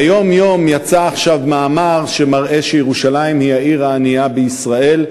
ביום-יום יצא עכשיו מאמר שמראה שירושלים היא העיר הענייה בישראל,